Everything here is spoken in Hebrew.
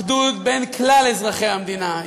אחדות בין כלל אזרחי המדינה.